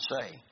say